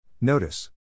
Notice